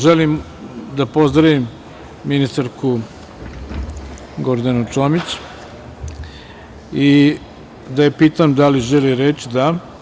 Želim da pozdravim ministarku Gordanu Čomić i da je pitam da li želi reč? (Da.